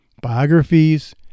biographies